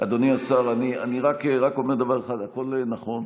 אדוני השר, אני רק אומר דבר אחד: הכול נכון.